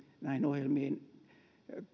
näihin ohjelmiin